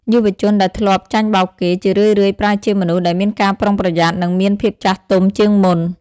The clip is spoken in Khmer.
យុវជនដែលធ្លាប់ចាញ់បោកគេ ជារឿយៗប្រែជាមនុស្សដែលមានការប្រុងប្រយ័ត្ន និងមានភាពចាស់ទុំជាងមុន។